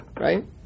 right